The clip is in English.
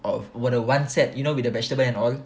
of a one set you know with the vegetable and all